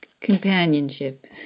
Companionship